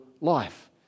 life